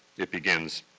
it begins,